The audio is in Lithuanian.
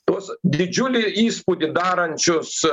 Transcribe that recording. tuos didžiulį įspūdį darančius